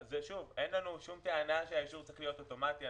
אין לנו שום טענה שהאישור צריך להיות אוטומטי.